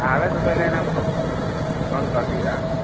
आबयसँ पहिने ने फोन फोन फोन करि दिहह